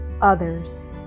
others